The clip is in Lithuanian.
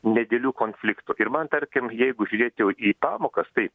nedidelių konfliktų ir man tarkim jeigu žiūrėt jau į pamokas taip